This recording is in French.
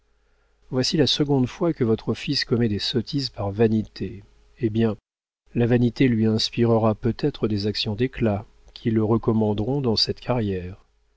voici la seconde fois que votre fils commet des sottises par vanité eh bien la vanité lui inspirera peut-être des actions d'éclat qui le recommanderont dans cette carrière